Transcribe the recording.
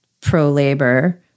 pro-labor